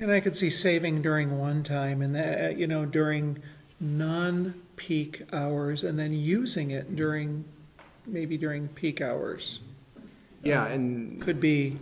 and i could see saving during one time and then you know during non peak hours and then using it during maybe during peak hours yeah and could be